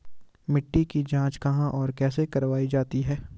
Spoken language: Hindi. मिट्टी की जाँच कहाँ और कैसे करवायी जाती है?